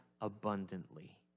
abundantly